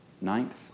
ninth